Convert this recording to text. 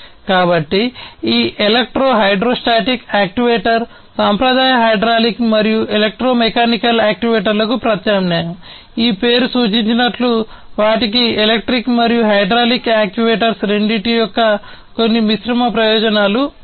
కాబట్టి ఈ electro hydrostatic రెండింటి యొక్క కొన్ని మిశ్రమ ప్రయోజనాలు ఉన్నాయి